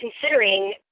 considering